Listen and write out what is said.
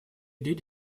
did